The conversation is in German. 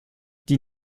die